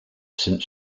since